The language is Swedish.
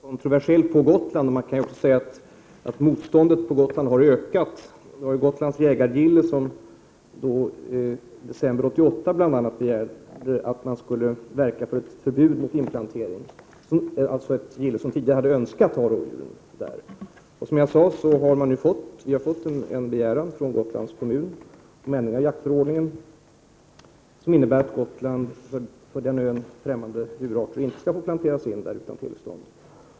Herr talman! Denna fråga är som jag har sagt i svaret kontroversiell på Gotland, och man kan också säga att motståndet på Gotland har ökat. Det var ju Gotlands jägargille som i december 1988 begärde att man skulle verka för ett förbud mot inplantering. Detta gille hade tidigare önskat ha rådjur på Gotland. Som jag sade har vi nu fått en begäran från Gotlands kommun om en ändring av jaktförordningen, som innebär att för Gotland främmande djurarter inte skall få planteras in på Gotland utan tillstånd.